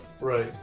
Right